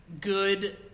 good